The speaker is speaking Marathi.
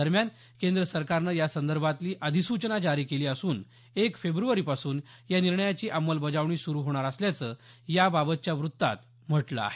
दरम्यान केंद्र सरकारनं यासंदर्भातली अधिसूचना जारी केली असून एक फेब्रुवारीपासून या निर्णयाची अंमलबजावणी सुरू होणार असल्याचं याबाबतच्या वृत्तात म्हटलं आहे